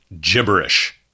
gibberish